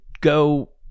go